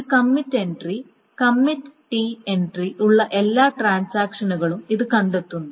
ഒരു commit entry commit T entry ഉള്ള എല്ലാ ട്രാൻസാക്ഷനുകളും ഇത് കണ്ടെത്തുന്നു